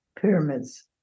pyramids